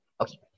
Okay